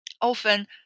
Often